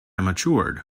matured